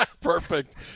Perfect